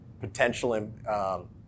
potential